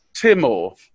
Timor